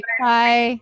Bye